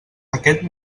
aquest